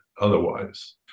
otherwise